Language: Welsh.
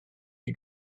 chi